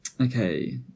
Okay